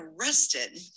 arrested